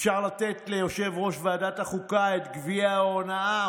אפשר לתת ליושב-ראש ועדת החוקה את גביע ההונאה,